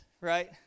right